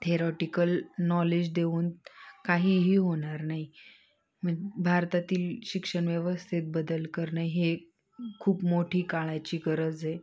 theoretical knowledge देऊन काहीही होणार नाही म भारतातील शिक्षण व्यवस्थेत बदल करणं हे खूप मोठी काळाची गरज आहे